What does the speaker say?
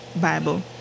Bible